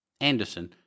Anderson